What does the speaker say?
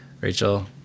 Rachel